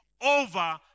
over